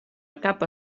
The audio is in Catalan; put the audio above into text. capa